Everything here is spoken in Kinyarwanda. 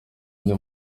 andi